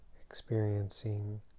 experiencing